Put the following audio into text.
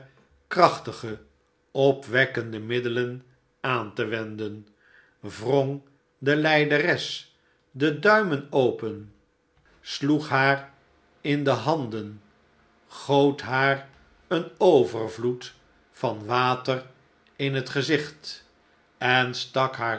krachtige opwekkendemiddelen aante wenden wrong de lijderes de duirhen open sloeg haar in de handen goot haar een overvloed van water in het gezicht en stak haar